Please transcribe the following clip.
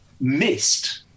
missed